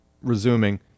Resuming